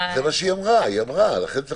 ואני לא חושב שאפשר להפריז בחשיבות של זכויות